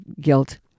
guilt